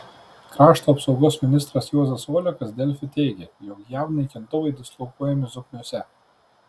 krašto apsaugos ministras juozas olekas delfi teigė jog jav naikintuvai dislokuojami zokniuose